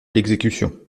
l’exécution